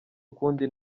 ukundi